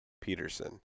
Peterson